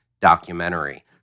documentary